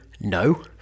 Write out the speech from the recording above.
No